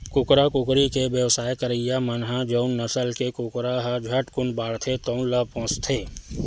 कुकरा, कुकरी के बेवसाय करइया मन ह जउन नसल के कुकरा ह झटकुन बाड़थे तउन ल पोसथे